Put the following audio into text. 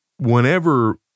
whenever